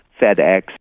FedEx